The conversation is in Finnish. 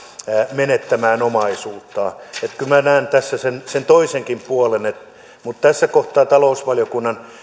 menettämään omaisuuttaan kyllä minä näen tässä sen sen toisenkin puolen mutta tässä kohtaa talousvaliokunnan